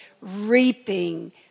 reaping